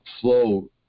flow